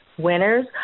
winners